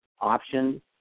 option